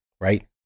right